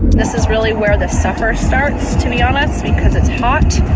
this is really where the suffer starts to be honest, because it's hot,